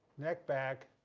neck back,